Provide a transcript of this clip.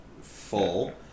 full